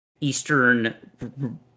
Eastern